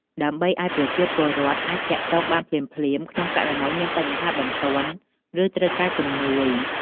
ដើម្បីឲ្យប្រជាពលរដ្ឋអាចទាក់ទងបានភ្លាមៗ ក្នុងករណីមានបញ្ហាបន្ទាន់ ឬត្រូវការជំនួយ។